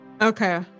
Okay